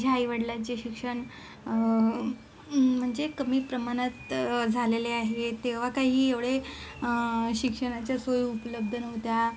माझ्या आई वडलांचे शिक्षण म्हणजे कमी प्रमाणात झालेले आहे तेव्हा काही एवढे शिक्षणाच्या सोयी उपलब्ध नव्हत्या